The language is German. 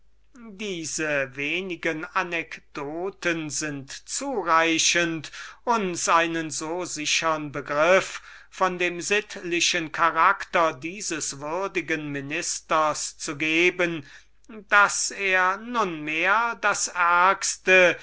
diese wenigen anekdoten sind zureichend uns einen so sichern begriff von dem moralischen charakter dieses würdigen ministers zu geben daß er nunmehr das